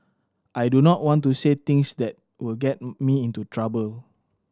I do not want to say things that will get me into trouble